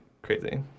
Crazy